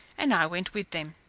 and i went with them.